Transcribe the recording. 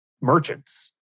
merchants